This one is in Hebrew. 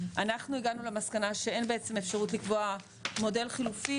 אנחנו הגענו למסקנה שאין בעצם אפשרות לקבוע מודל חלופי